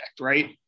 right